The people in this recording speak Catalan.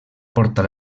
portar